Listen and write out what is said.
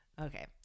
okay